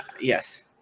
Yes